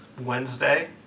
Wednesday